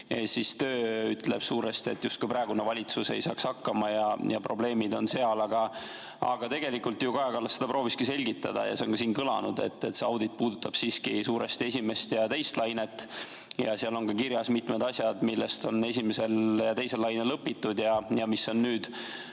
töö ütleb suuresti, justkui praegune valitsus ei saaks hakkama ja probleemid on seal. Aga tegelikult ju Kaja Kallas seda prooviski selgitada ja see on siin kõlanud, et see audit puudutab siiski suuresti esimest ja teist lainet. Seal on ka kirjas mitmed asjad, millest on esimeses ja teises laines õpitud ja mis on nüüd